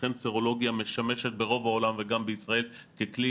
לכן סרולוגיה משמשת ברוב העולם וגם בישראל ככלי